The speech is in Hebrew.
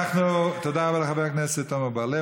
תודה רבה לחבר הכנסת עמר בר-לב.